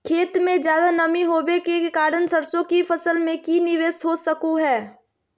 खेत में ज्यादा नमी होबे के कारण सरसों की फसल में की निवेस हो सको हय?